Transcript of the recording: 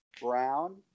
Brown